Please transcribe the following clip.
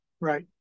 right